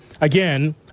Again